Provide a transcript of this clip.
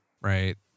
right